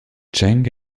cheng